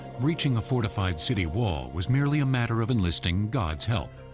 breaching a fortified city wall was merely a matter of enlisting god's help.